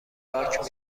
لاک